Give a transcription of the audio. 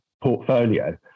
portfolio